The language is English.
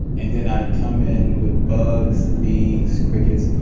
and then, i'd come in with bugs bees, crickets,